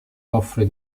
offre